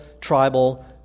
tribal